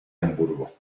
hamburgo